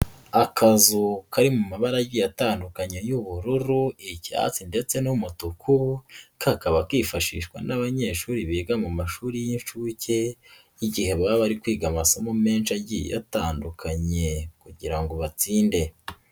Akazu kari mu mabaragiye atandukanye y'ubururu, icyatsi ndetse n'umutuku, kakaba kifashishwa n'abanyeshuri biga mu mashuri y'incuke, igihe baba bari kwiga amasomo menshi agiye yatandukanye kugira ngo batsinde.